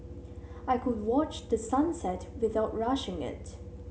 I could watch the sun set without rushing it